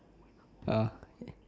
ya